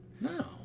no